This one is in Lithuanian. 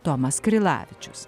tomas krilavičius